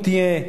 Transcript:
אם תהיה,